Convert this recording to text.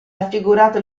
raffigurato